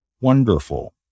wonderful